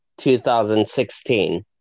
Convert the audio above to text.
2016